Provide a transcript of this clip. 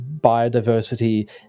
biodiversity